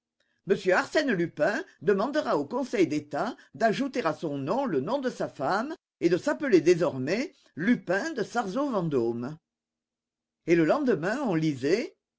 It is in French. m arsène lupin demandera au conseil d'état d'ajouter à son nom le nom de sa femme et de s'appeler désormais lupin de sarzeau vendôme et le lendemain on lisait